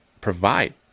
provide